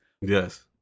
Yes